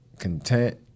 Content